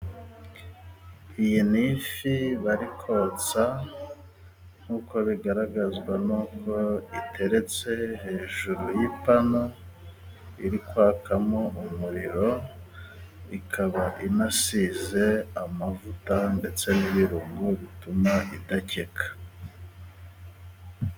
Iyi ni ifi bari kotsa nk'uko bigaragazwa n'uko iteretse hejuru y'ipanu, iri kwakamo umuriro, ikaba inasize amavuta ndetse n'ibirungo bituma idakeka.